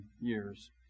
years